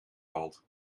valt